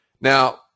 now